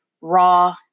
raw